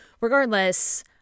Regardless